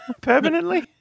permanently